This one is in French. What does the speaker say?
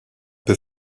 peu